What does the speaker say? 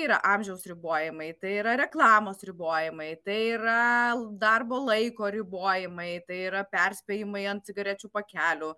yra amžiaus ribojimai tai yra reklamos ribojimai tai yra darbo laiko ribojimai tai yra perspėjimai ant cigarečių pakelių